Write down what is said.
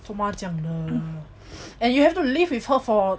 做什么他这样的 and you have to live with her for